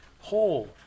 Hole